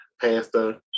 pastor